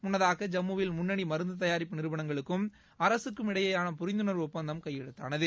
முன்னதாக ஜம்முவில் முன்னணி மருந்து தயாரிப்பு நிறுவனங்களுக்கும் அரசுக்கும் இடையேயான புரிந்துணர்வு ஒப்பந்தம் கையெழுத்தானது